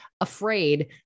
afraid